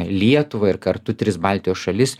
lietuvą ir kartu tris baltijos šalis